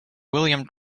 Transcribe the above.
william